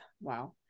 wow